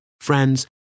friends